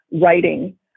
writing